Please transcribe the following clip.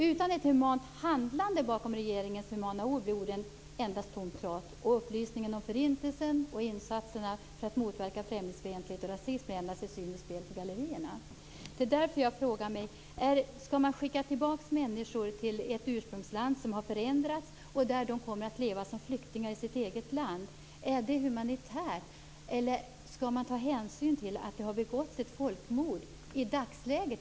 Utan ett humant handlande bakom regeringens humana ord blir orden endast tomt prat, och upplysningen om Förintelsen och insatserna för att motverka främlingsfientlighet och rasism blir endast ett spel för gallerierna. Jag frågar mig därför: Skall man skicka tillbaka människor till ett ursprungsland som har förändrats, där de kommer att leva som flyktingar i sitt eget land? Är det humanitärt? Eller skall man ta hänsyn till att det i dagsläget har begåtts ett folkmord?